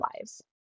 lives